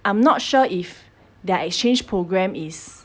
I'm not sure if their exchange program is